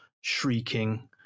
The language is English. shrieking